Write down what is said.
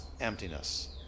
emptiness